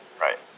right